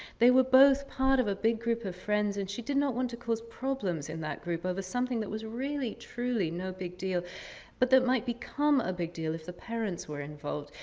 they were both part of a big group of friends. and she did not want to cause problems in that group over something that was really, truly no big deal but that might become a big deal if the parents were involved.